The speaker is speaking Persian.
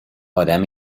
آدم